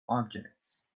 objects